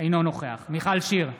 אינו נוכח מיכל שיר סגמן,